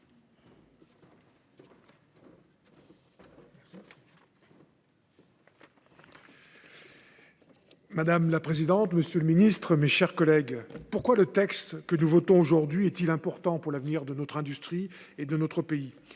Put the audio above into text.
Madame la présidente, monsieur le ministre, mes chers collègues, pourquoi ce texte est-il important pour l’avenir de notre industrie et de notre pays ?